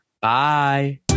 Bye